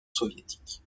soviétique